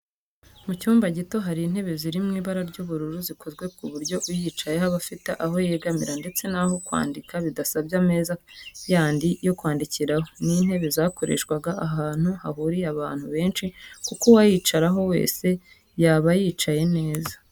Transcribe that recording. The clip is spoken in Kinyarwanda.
Mu cyumba gito hari intebe ziri mu ibara ry'ubururu zikozwe ku buryo uyicayeho aba afite aho yegamira ndetse n'aho kwandikira bidasabye ameza yandi yo kwandikiraho. Ni intebe zakoreshwa ahantu hahuriye abantu benshi kuko uwayicaraho wese yaba yicaye neza